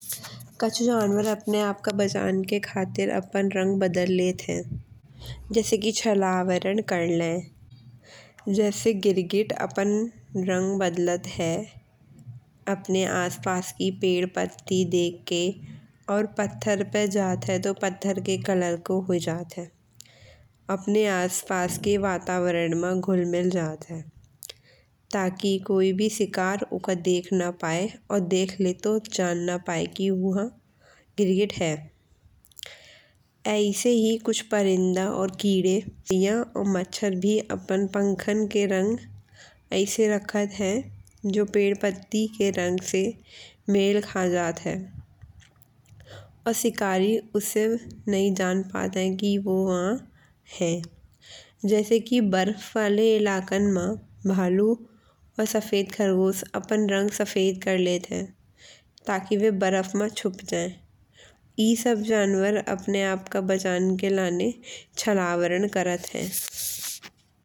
कच्छु जनावर अपने आप का बचन की खातिर अपन रंग बदल लेत है। जैसे कि छलावरण करले। जैसे गिरगिट अपन रंग बदलत है अने आस पास की पेड़ पत्ती देख के। और पत्थर पे जात है तो पत्थर के कलर को हो जात है। अपने आस पास के वातावरण म घुल मिल जात है। ताकि कोई भी शिकार उका देख ना पाए और देख ले तो जान ना पाए कि ऊह गिरगिट है। ऐसे ही कुछ परिंदा और कीड़े और मच्छर भी अपन पंखा के रंग ऐसे रखते है। जो पेड़ पत्ती के रंग से मेल खा जात है। और शिकारी उसे नहीं जान पात है कि वो वहाँ है। जैसे कि बर्फ वाले एलकन म भालू वा सफेद खरगोश अपन रंग सफेद कर लेत है। ताकि बे बर्फ म छुप जाए। ई सब जनावर अपने आप का बचन के लाने छलावरण करत है।